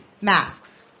Masks